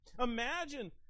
Imagine